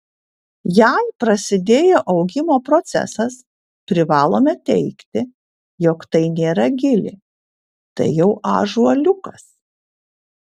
jei prasidėjo augimo procesas privalome teigti jog tai nėra gilė tai jau ąžuoliukas